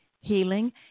healing